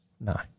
No